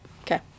Okay